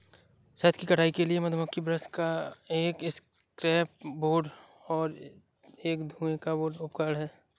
शहद की कटाई के लिए मधुमक्खी ब्रश एक एस्केप बोर्ड और एक धुएं का बोर्ड उपकरण हैं